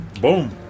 Boom